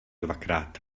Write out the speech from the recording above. dvakrát